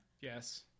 Yes